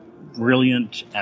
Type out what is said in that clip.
brilliant